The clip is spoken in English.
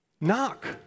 knock